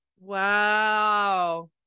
Wow